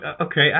Okay